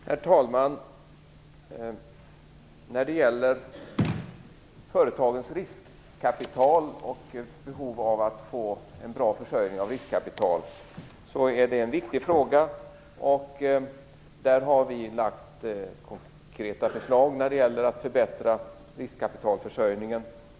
Herr talman! Företagens behov av att få en bra försörjning av riskkapital är en viktig fråga. Vi har lagt fram konkreta förslag när det gäller att förbättra riskkapitalförsörjningen.